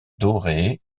dorée